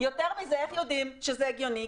יותר מזה איך יודעים שזה הגיוני?